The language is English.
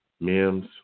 Mims